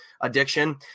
addiction